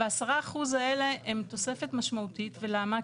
וה-10% האלה הן תוספת משמעותית, ולמה?